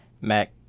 Mac